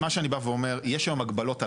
מה שאני בא ואומר יש היום הגבלות על